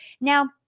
Now